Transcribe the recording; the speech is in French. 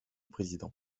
président